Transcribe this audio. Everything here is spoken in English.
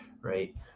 right